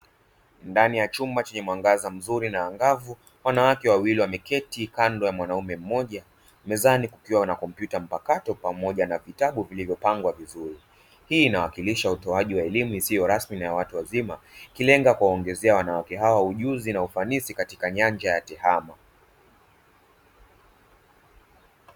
Ndani ya chumba chenye mwangaza mzuri na angavu wanawake wawili wameketi kando ya mwanaume mmoja, mezani kukiwa na kompyuta mpakato pamoja na vitabu vilivyopangwa vizuri. Hii inawakilisha utoaji wa elimu isiyo rasmi na ya watu wazima ikilenga kuwaongezea wanawake hawa ujuzi na ufanisi katika nyanja ya tehama.